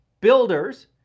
builders